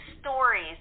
stories